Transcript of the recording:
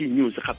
News